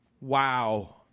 Wow